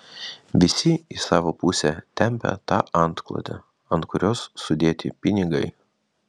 visi į savo pusę tempią tą antklodę ant kurios sudėti pinigai